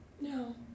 no